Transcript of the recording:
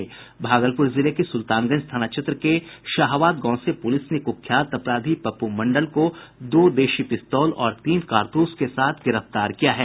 भागलपुर जिले के सुलतानगंज थाना क्षेत्र के शाहाबाद गांव से पुलिस ने कुख्यात अपराधी पप्पू मंडल को दो देशी पिस्तौल और तीन कारतूस के साथ गिरफ्तार किया है